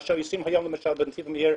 מה שעושים היום בנתיב המהיר,